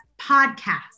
podcast